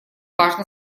важно